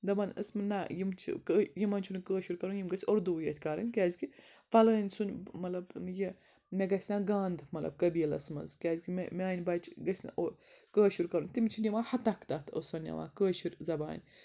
دَپان ٲسمہٕ نہ یِم چھِ یِمن چھُنہٕ کٲشُر کَرُن یِم گژھِ اُردوے یٲتۍ کَرٕنۍ کیٛازکہِ پھَلٲنۍ سُنٛد مطلب یہِ مےٚ گژھِ نہ گانٛدھ مطلب قبیٖلَس منٛز کیٛازِ کہِ مےٚ میانہِ بَچہِ گژھِ نہٕ او کٲشُر کَرُن تِم چھِ نِوان ہَتَکھ تَتھ ٲس سۄ نِوان کٲشِر زَبانِ